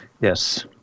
Yes